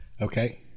Okay